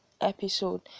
episode